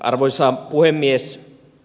arvoisa puhemies